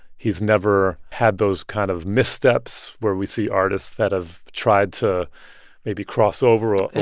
he's never had those kind of missteps where we see artists that have tried to maybe cross over or. and